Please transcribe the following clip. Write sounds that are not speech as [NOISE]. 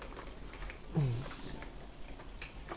mm [NOISE]